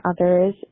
others